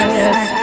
yes